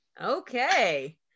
okay